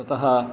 ततः